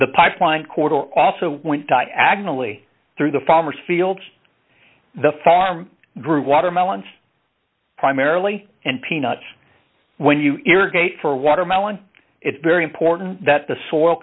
the pipeline quarter also went diagonally through the farmer's fields the farm grew watermelons primarily and peanuts when you irrigate for a watermelon it's very important that the soil